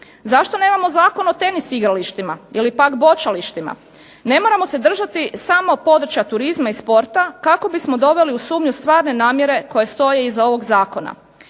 Zašto nemamo Zakon o tenis igralištima ili o boćalištima, ne moramo se držati samo područja turizma i sporta kako bismo doveli u sumnju stvarne namjere koje stoje iza ovoga Zakona.